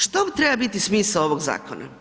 Što treba biti smisao ovog zakona?